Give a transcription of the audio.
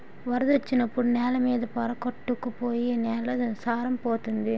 వరదొచ్చినప్పుడు నేల మీద పోర కొట్టుకు పోయి నేల సారం పోతంది